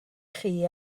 chi